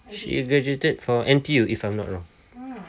she graduated from N_T_U if I'm not wrong